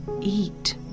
eat